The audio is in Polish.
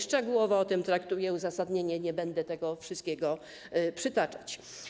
Szczegółowo o tym traktuje uzasadnienie, nie będę tego wszystkiego przytaczać.